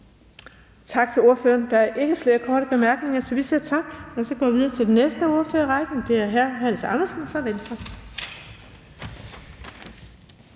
Tak til ordføreren. Der er ikke flere korte bemærkninger, så vi siger tak. Og så går vi videre til den næste ordfører i rækken. Det hr. Hans Andersen fra Venstre.